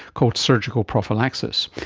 called surgical prophylaxis.